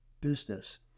business